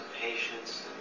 patience